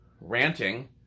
ranting